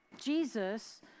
Jesus